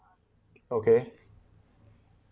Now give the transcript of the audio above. okay